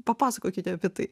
papasakokite apie tai